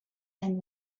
and